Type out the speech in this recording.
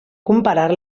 comparar